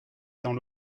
dans